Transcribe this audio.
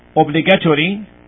obligatory